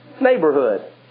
neighborhood